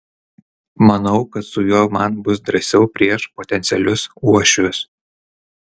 manau kad su juo man bus drąsiau prieš potencialius uošvius